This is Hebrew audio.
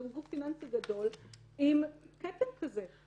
פיננסי גדול עם כתם כזה.